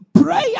prayer